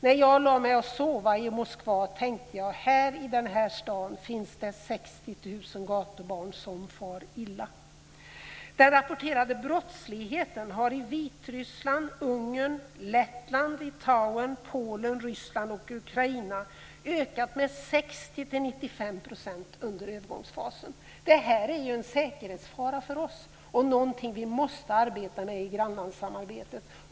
När jag lade mig för att sova i Moskva tänkte jag: Här i denna stad finns det Ungern, Lettland, Litauen, Polen, Ryssland och Ukraina ökat med 60-95 % under övergångsfasen. Detta är ju en säkerhetsfara för oss och någonting som vi måste arbeta med i grannlandssamarbetet.